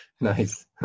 Nice